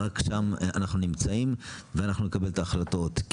רק שם אנחנו נמצאים ואנחנו נקבל א ההחלטות.